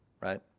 right